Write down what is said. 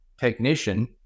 technician